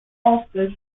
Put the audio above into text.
office